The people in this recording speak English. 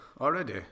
Already